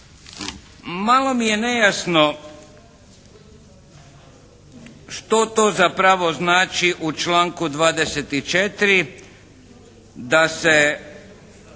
Malo mi je nejasno što to zapravo znači u članku 24. da se